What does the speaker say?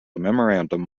memorandum